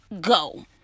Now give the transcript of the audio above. go